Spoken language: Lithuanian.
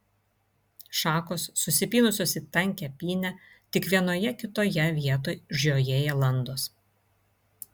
šakos susipynusios į tankią pynę tik vienoje kitoje vietoj žiojėja landos